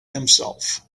himself